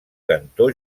cantó